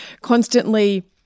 constantly